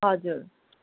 हजुर